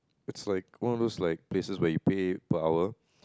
it's like one of those like places when you pay per hour